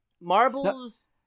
marbles